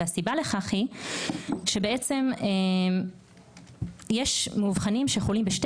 והסיבה לכך היא שיש מאובחנים שחולים בשתי